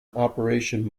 operation